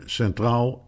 centraal